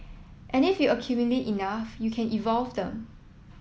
and if you accumulate enough you can evolve them